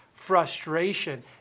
frustration